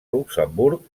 luxemburg